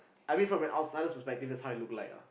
I mean from an outsider's perspective that's how it looked like lah